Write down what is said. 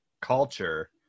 culture